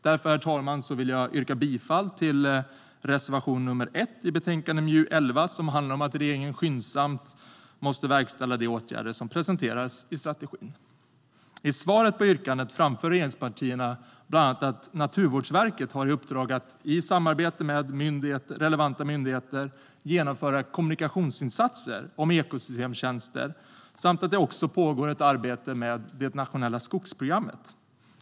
Därför, herr talman, vill jag yrka bifall till reservation nr 1 i betänkande MJU11, som handlar om att regeringen skyndsamt måste verkställa de åtgärder som presenteras i strategin. I svaret på yrkandet framför regeringspartierna bland annat att Naturvårdsverket har i uppdrag att i samarbete med relevanta myndigheter genomföra kommunikationsinsatser om ekosystemtjänster samt att det pågår ett arbete med det nationella skogsprogrammet.